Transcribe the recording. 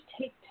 take